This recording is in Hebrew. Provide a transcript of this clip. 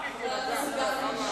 בעיתון.